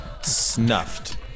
snuffed